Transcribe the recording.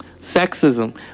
Sexism